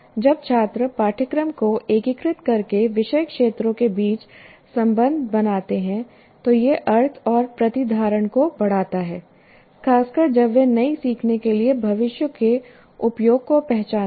जब छात्र पाठ्यक्रम को एकीकृत करके विषय क्षेत्रों के बीच संबंध बनाते हैं तो यह अर्थ और प्रतिधारण को बढ़ाता है खासकर जब वे नए सीखने के लिए भविष्य के उपयोग को पहचानते हैं